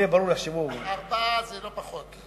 ארבעה זה לא פחות.